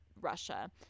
Russia